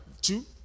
two